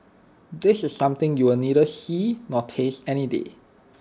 this is something you'll neither see nor taste any day